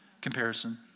Comparison